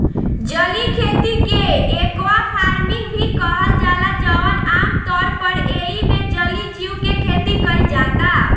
जलीय खेती के एक्वाफार्मिंग भी कहल जाला जवन आमतौर पर एइमे जलीय जीव के खेती कईल जाता